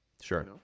Sure